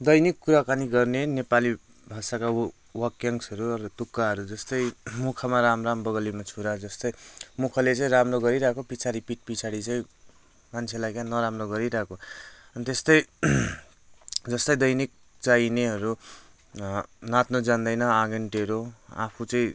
दैनिक कुराकानी गर्ने नेपाली भाषाका वाक्यांशहरू तुक्काहरू जस्तै मुखमा राम राम बगलीमा छुरा जस्तै मुखले चाहिँ राम्रो गरिरहेको पछाडि पिठ पछाडि चाहिँ मान्छेलाई क्या नराम्रो गरिरहेको त्यस्तै जस्तै दैनिक चाहिनेहरू नाच्नु जान्दैन आँगन टेढो आफू चाहिँ